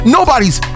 Nobody's